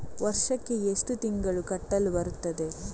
ವರ್ಷಕ್ಕೆ ಎಷ್ಟು ತಿಂಗಳು ಕಟ್ಟಲು ಬರುತ್ತದೆ?